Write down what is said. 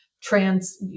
trans